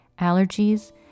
allergies